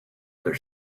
other